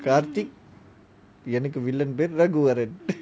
கார்த்திக் என்னக்கு:karthik ennaku villain பெரு ரகுவரன்:peru raguvaran